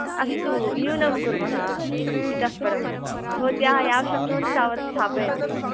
अस्तु न्यूनं कुर्मः इतः परं भवत्याः यावत् शक्नुवन्ति तावत् स्थापयन्तु